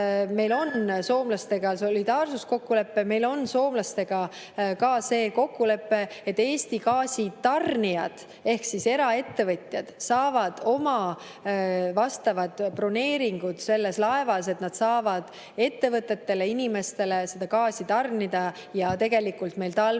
Meil on soomlastega solidaarsuskokkulepe. Meil on soomlastega ka see kokkulepe, et Eesti gaasitarnijad ehk eraettevõtjad saavad oma vastavad broneeringud selles laevas, et nad saavad ettevõtetele ja inimestele gaasi tarnida ja meil talvel